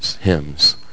hymns